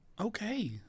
Okay